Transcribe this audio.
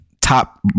top